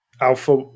Alpha